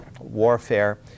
warfare